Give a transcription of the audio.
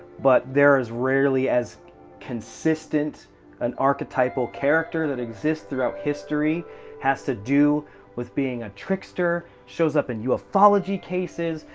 but there is rarely as consistent an archetypal character that exists throughout history has to do with being a trickster, shows up and in ah ufology cases,